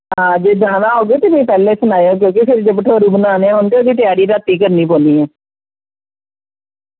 आं जे जाना होग तां मिगी पैह्लें सनायो भठोरू बनाने होग ते त्यारी रातीं करनी पौनी ऐ